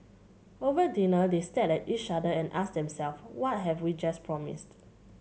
over dinner they stared at each other and asked them self what have we just promised